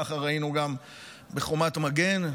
ככה ראינו גם בחומת מגן,